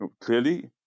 clearly